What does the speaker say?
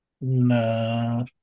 no